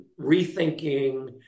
rethinking